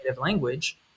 language